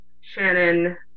Shannon